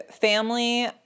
family